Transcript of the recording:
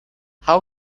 how